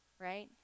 right